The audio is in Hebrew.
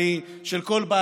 של כל עצמאי,